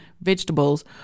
vegetables